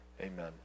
Amen